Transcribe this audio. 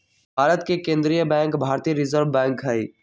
भारत के केंद्रीय बैंक भारतीय रिजर्व बैंक हइ